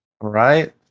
Right